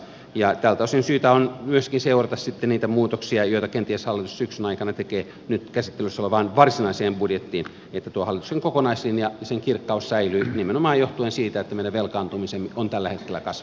tältä osin syytä on myöskin seurata sitten niitä muutoksia joita kenties hallitus syksyn aikana tekee nyt käsittelyssä olevaan varsinaiseen budjettiin että tuo hallituksen kokonaislinja sen kirkkaus säilyy nimenomaan johtuen siitä että meidän velkaantumisemme on tällä hetkellä kasvamassa